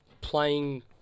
playing